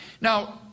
Now